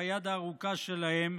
והיד הארוכה שלהם,